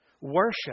worship